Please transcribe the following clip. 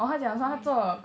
oh okay